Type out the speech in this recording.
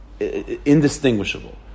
indistinguishable